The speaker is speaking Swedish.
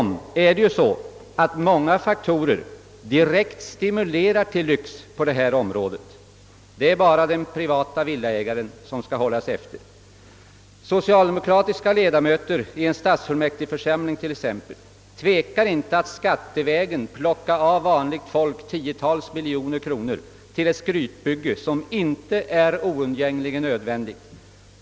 Där stimulerar många faktorer direkt till lyx. Det är bara den privata villaägaren som skall hållas efter. Socialdemokratiska ledamöter i en stadsfullmäktigeförsamling tvekar t.ex. inte att skattevägen plocka av vanligt folk tiotals miljoner kronor till ett skrytbygge, som inte är oundgängligen nödvändigt.